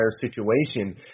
situation